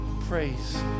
praise